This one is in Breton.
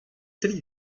tri